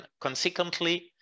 consequently